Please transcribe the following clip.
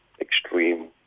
extreme